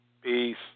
Peace